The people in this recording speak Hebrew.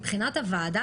מבחינת הוועדה,